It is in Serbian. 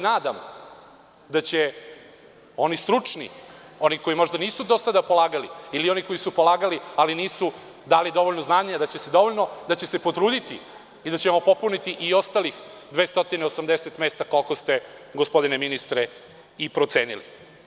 Nadam se da će oni stručni, oni koji nisu do sada polagali ili koji su polagali, ali nisu dali dovoljno znanja, da će se potruditi i da ćemo popuniti i ostalih 280 mesta koliko ste gospodine ministre i procenili.